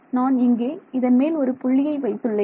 நான் இங்கே இதன் மேல் ஒரு புள்ளியை வைத்துள்ளேன்